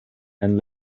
and